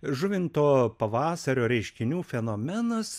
žuvinto pavasario reiškinių fenomenas